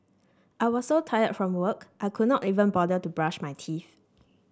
I was so tired from work I could not even bother to brush my teeth